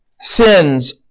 Sin's